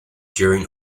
during